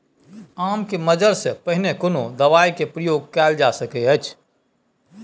आम के मंजर से पहिले कोनो दवाई के प्रयोग कैल जा सकय अछि?